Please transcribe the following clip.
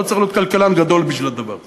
לא צריך להיות כלכלן גדול בשביל הדבר הזה.